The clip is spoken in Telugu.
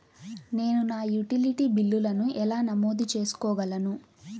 నేను నా యుటిలిటీ బిల్లులను ఎలా నమోదు చేసుకోగలను?